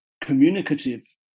communicative